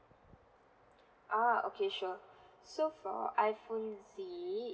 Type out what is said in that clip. ah okay sure so for iphone Z